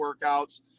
workouts